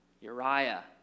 Uriah